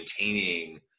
maintaining